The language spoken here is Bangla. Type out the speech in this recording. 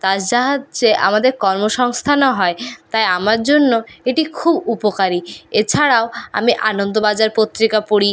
তার সাহায্যে আমাদের কর্মসংস্থানও হয় তাই আমার জন্য এটি খুব উপকারী এছাড়াও আমি আনন্দবাজার পত্রিকা পড়ি